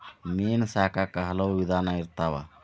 ಮೇನಾ ಸಾಕಾಕು ಹಲವು ವಿಧಾನಾ ಇರ್ತಾವ